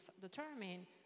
determine